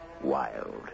wild